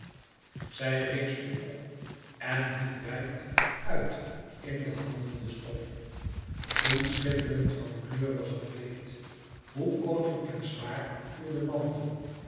zij rees nu op en hief wijd uit in de handen de stof hoe schitterend van kleur was het kleed hoe koninklijk zwaar viel de mantel